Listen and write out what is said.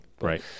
right